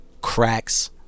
cracks